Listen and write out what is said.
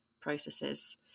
processes